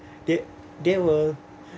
they they will